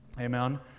Amen